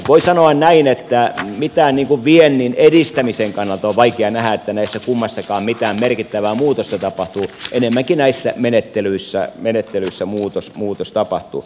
voi sanoa näin että viennin edistämisen kannalta on vaikea nähdä että näissä kummassakaan mitään merkittävää muutosta tapahtuu enemmänkin näissä menettelyissä muutos tapahtuu